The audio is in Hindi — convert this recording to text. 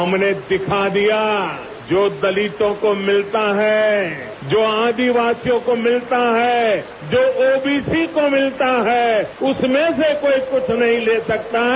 हमने दिखा दिया जो दलितों को मिलता है जो आदिवासियों को मिलता है जो ओबीसी को मिलता है उसमें से कोई कुछ नहीं ले सकता है